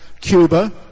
Cuba